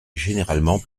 généralement